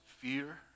fear